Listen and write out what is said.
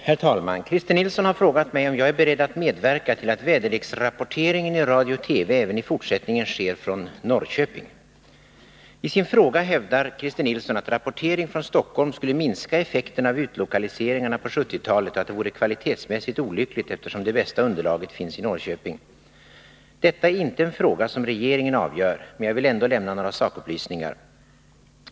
Herr talman! Christer Nilsson har frågat mig om jag är beredd att medverka till att väderleksrapporteringen i radio och TV även i fortsättningen sker från Norrköping. I sin fråga hävdar Christer Nilsson att rapportering från Stockholm skulle minska effekterna av utlokaliseringarna på 1970-talet och att det vore kvalitetsmässigt olyckligt eftersom det bästa underlaget finns i Norrköping. Detta är inte en fråga som regeringen avgör, men jag vill ändå lämna några sakupplysningar.